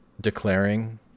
declaring